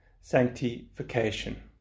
sanctification